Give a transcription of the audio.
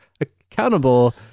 accountable